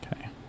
Okay